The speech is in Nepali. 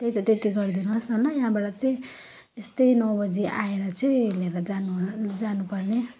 त्यही त त्यति गरिदिनु होस् न ल यहाँबाट चाहिँ त्यस्तै नौ बजी आएर चाहिँ यिनीहरूलाई जानु जानुपर्ने